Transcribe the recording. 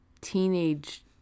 teenage